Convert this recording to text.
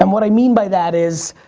um what i mean by that is,